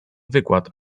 wykład